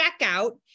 checkout